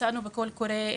יצאנו ב- ׳קול קורא׳,